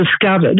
discovered